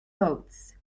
boats